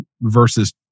versus